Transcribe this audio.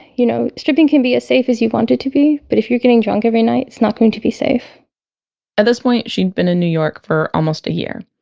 you know stripping can be as safe as you want it to be. but if you're getting drunk every night it's not going to be safe at this point, she'd been in new york for almost a year.